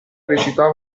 recitava